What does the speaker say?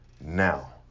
Now